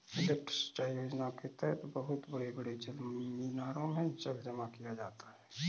lift सिंचाई योजना के तहद बहुत बड़े बड़े जलमीनारों में जल जमा किया जाता है